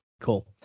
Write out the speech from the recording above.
cool